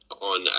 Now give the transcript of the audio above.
on